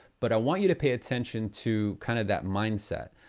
but i want you to pay attention to kind of that mindset.